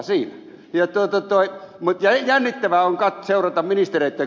mutta jännittävää on seurata ministereitä